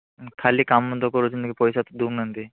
ଖାଲି କାମ ତ କରାଉଛନ୍ତି ପଇସା ପତ୍ର ଦେଉନାହାନ୍ତି